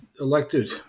elected